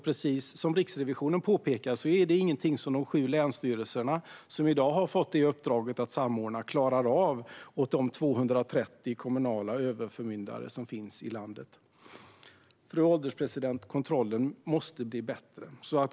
Precis som Riksrevisionen påpekar är detta inget som de sju länsstyrelser som i dag har uppdraget att samordna klarar av att göra för de 230 kommunala överförmyndare som finns i landet. Fru ålderspresident! Kontrollen måste bli bättre.